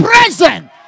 present